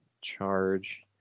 Charge